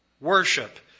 worship